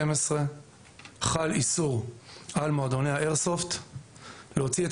חל איסור על מועדוני האיירסופט להוציא את